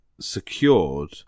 secured